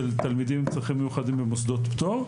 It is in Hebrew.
תלמידים עם צרכים מיוחדים במוסדות פטור.